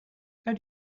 how